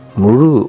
muru